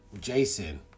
Jason